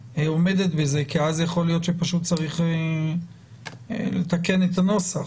עומדת בזה כי אז יכול להיות שפשוט צריך לתקן את הנוסח.